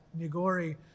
nigori